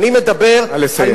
אני מדבר, נא לסיים.